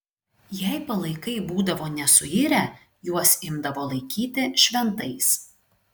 jei palaikai būdavo nesuirę juos imdavo laikyti šventais